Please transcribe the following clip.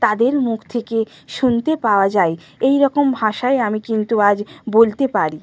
তাদের মুখ থেকে শুনতে পাওয়া যাই এই রকম ভাষায় আমি কিন্তু আজ বলতে পারি